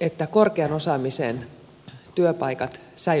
että korkean osaamisen työpaikat säilyvät suomessa